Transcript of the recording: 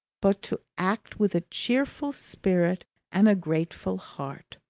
but to act with a cheerful spirit and a grateful heart.